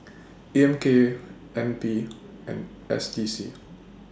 A M K N P and S D C